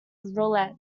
roulette